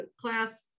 class